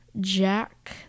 Jack